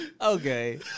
Okay